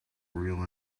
really